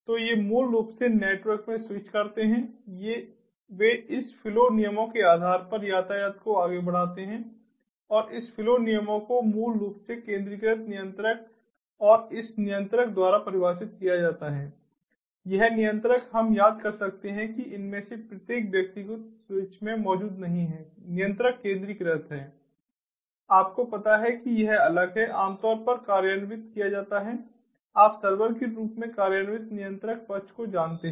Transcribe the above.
तो ये मूल रूप से नेटवर्क में स्विच करते हैं वे इस फ्लो नियमों के आधार पर यातायात को आगे बढ़ाते हैं और इस फ्लो नियमों को मूल रूप से केंद्रीकृत नियंत्रक और इस नियंत्रक द्वारा परिभाषित किया जाता है यह नियंत्रक हम याद कर सकते हैं कि इनमें से प्रत्येक व्यक्तिगत स्विच में मौजूद नहीं है नियंत्रक केंद्रीकृत है आपको पता है कि यह अलग है आमतौर पर कार्यान्वित किया जाता है आप सर्वर के रूप में कार्यान्वित नियंत्रक पक्ष को जानते हैं